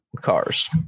cars